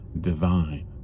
divine